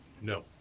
No